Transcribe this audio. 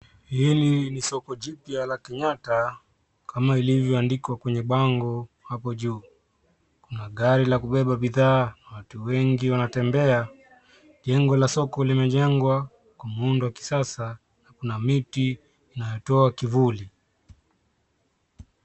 Hili ni soko jipya la Kenyatta kama ilivyoandikwa kwenye bango hapo juu. Kuna gari la kubeba bidhaa na watu wengi wanatembea. Jengo la soko limejengwa kwa muundo wa kisasa na kuna miti inayotoa kivuli.